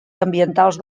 ambientals